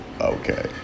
okay